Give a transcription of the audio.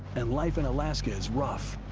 and life in alaska is rough.